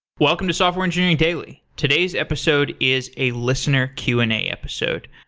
welcome to software engineering daily. today's episode is a listener q and a episode.